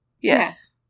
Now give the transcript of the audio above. Yes